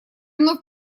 вновь